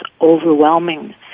overwhelming